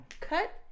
cut